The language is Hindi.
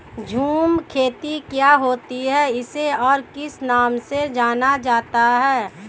झूम खेती क्या होती है इसे और किस नाम से जाना जाता है?